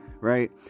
Right